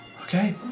Okay